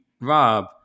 rob